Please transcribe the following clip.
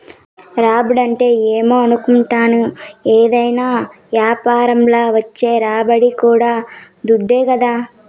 రాబడంటే ఏమో అనుకుంటాని, ఏవైనా యాపారంల వచ్చే రాబడి కూడా దుడ్డే కదా